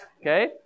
Okay